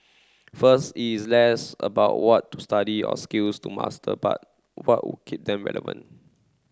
first is less about what to study or skills to master but what would keep them relevant